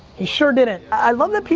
he sure didn't. i love that